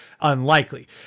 unlikely